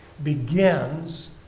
begins